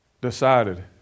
decided